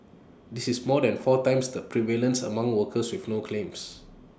this is more than four times the prevalence among workers with no claims